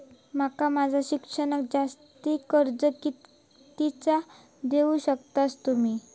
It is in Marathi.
माका माझा शिक्षणाक जास्ती कर्ज कितीचा देऊ शकतास तुम्ही?